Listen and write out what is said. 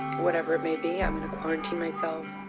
whatever it may be, i'm gonna quarantine myself.